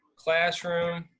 classroom,